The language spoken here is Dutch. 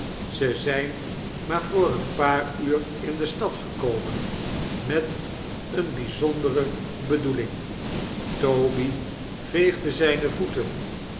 ze zijn maar voor een paar uur in de stad gekomen met een bijzondere bedoeling toby veegde zijne voeteu